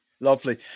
lovely